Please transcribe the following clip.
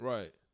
Right